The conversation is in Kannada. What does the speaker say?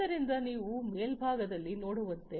ಆದ್ದರಿಂದ ನೀವು ಮೇಲ್ಭಾಗದಲ್ಲಿ ನೋಡುವಂತ